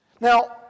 Now